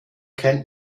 kennt